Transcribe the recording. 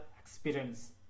experience